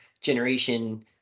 generation